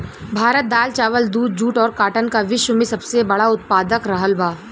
भारत दाल चावल दूध जूट और काटन का विश्व में सबसे बड़ा उतपादक रहल बा